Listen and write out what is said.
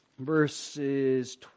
verses